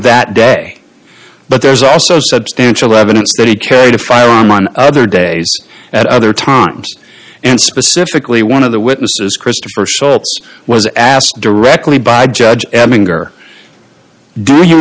that day but there's also substantial evidence that he carried a firearm on other days at other times and specifically one of the witnesses christopher shops was asked directly by judge her do you